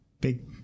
big